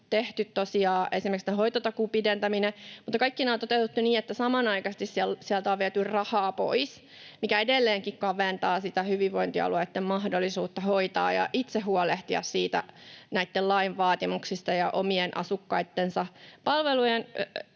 tosiaan esimerkiksi tämä hoitotakuun pidentäminen, mutta kaikki nämä on toteutettu niin, että samanaikaisesti sieltä on viety rahaa pois, mikä edelleenkin kaventaa sitä hyvinvointialueitten mahdollisuutta hoitaa ja itse huolehtia lain vaatimuksista ja omien asukkaittensa palvelujen